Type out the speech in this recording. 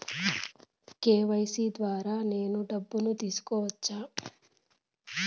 KYC ద్వారా నేను డబ్బును తీసుకోవచ్చా?